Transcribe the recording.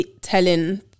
telling